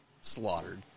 slaughtered